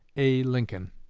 a. lincoln.